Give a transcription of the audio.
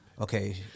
Okay